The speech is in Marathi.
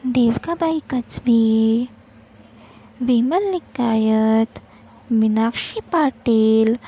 देवकाबाई कचबे विमल निकायत मिनाक्षी पाटील